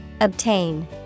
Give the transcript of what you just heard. Obtain